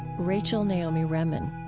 rachel naomi remen